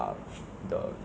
ya so